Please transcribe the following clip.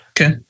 Okay